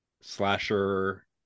slasher